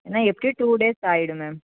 இன்னும் எப்படியும் two days ஆயிடும் மேம்